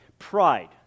Pride